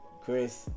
Chris